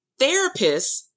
therapists